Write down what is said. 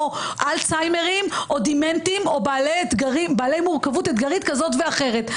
או אלצהיימרים או דמנטיים או בעלי מורכבות אתגרית כזאת או אחרת.